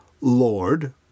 Lord